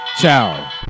Ciao